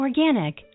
Organic